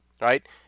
right